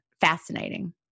Fascinating